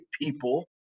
people